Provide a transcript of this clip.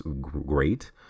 great